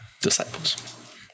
disciples